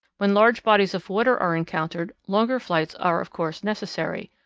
when large bodies of water are encountered longer flights are of course necessary,